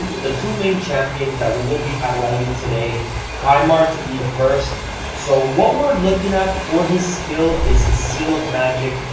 the two main champions that we will be highlighting today kymar to be the first so what we're looking at for his skill is his seal of magic.